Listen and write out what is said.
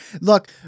Look